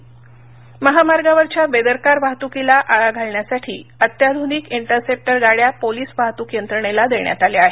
महामार्ग वाहतक सिंधदर्ग महामार्गावरच्या बेदरकार वाहतुकीला आळा घालण्यासाठी अत्याधूनिक इंटरसेप्टर गाड्या पोलीस वाहतुक यंत्रणेला देण्यात आल्या आहेत